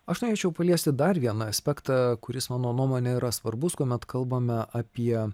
aš norėčiau paliesti dar vieną aspektą kuris mano nuomone yra svarbus kuomet kalbame apie